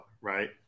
right